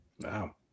Wow